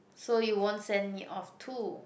so you won't send me off too